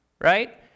right